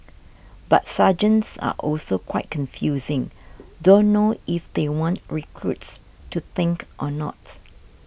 but sergeants are also quite confusing don't know if they want recruits to think or not